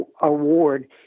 award